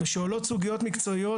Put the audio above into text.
וכאשר עולות סוגיות מקצועיות,